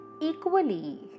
Equally